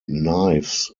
knives